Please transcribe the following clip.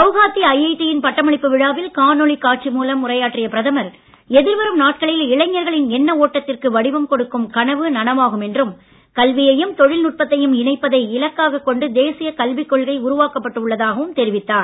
கவுஹாத்தி ஐஐடியின் பட்டமளிப்பு விழாவில் காணொளி காட்சி மூலம் உரையாற்றிய பிரதமர் எதிர்வரும் நாட்களில் இளைஞர்களின் எண்ண ஓட்டத்திற்கு வடிவம் கொடுக்கும் கனவு நனவாகும் என்றும் கல்வியையும் தொழில் நுட்பத்தையும் இணைப்பதை இலக்காகக் கொண்டு தேசிய கல்விக் கொள்கை உருவாக்கப்பட்டு உள்ளதாகவும் தெரிவித்தார்